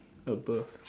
above